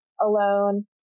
alone